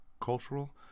cultural